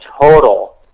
total